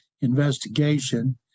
investigation